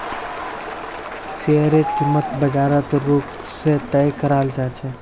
शेयरेर कीमत बाजारेर रुख से तय कराल जा छे